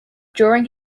during